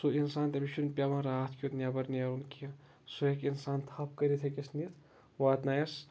سُہ اِنسان تٔمِس چھُ نہٕ پیٚوان راتھ کیُت نٮ۪برنیرُن کیٚنٛہہ سُہ ہٮ۪کہِ اِنسان تھپھ کٔرِتھ ہٮ۪کیٚس نِتھ واتنایس